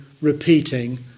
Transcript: repeating